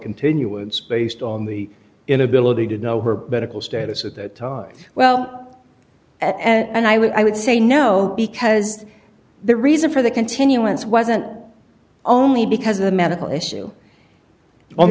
continuance based on the inability to know her better status at that time well and i would i would say no because the reason for the continuance wasn't only because of the medical issue on